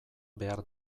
behar